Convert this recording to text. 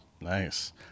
nice